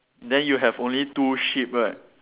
then you have only two sheep right